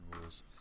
rules